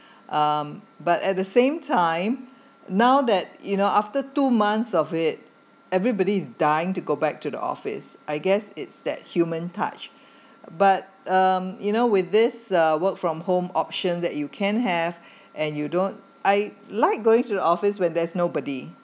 um but at the same time now that you know after two months of it everybody's dying to go back to the office I guess it's that human touch but um you know with this uh work from home option that you can have and you don't I like going to the office when there's nobody